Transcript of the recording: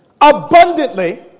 abundantly